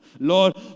Lord